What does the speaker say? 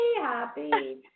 happy